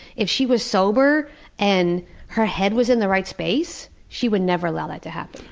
if she was sober and her head was in the right space, she would never allow that to happen.